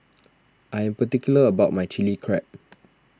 I am particular about my Chili Crab